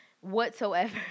whatsoever